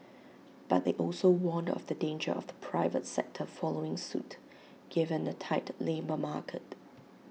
but they also warned of the danger of the private sector following suit given the tight labour market